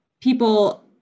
people